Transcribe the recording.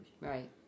Right